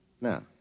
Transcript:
Now